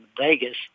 Vegas